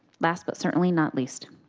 last but certainly not least.